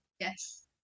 Yes